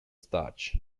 starch